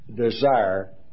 desire